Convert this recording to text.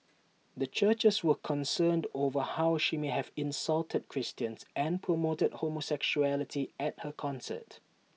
the churches were concerned over how she may have insulted Christians and promoted homosexuality at her concert